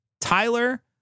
Tyler